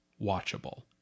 watchable